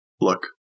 look